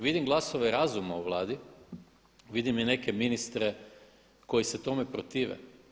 Vidim glasove razuma u Vladi, vidim i neke ministre koji se tome protive.